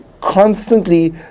constantly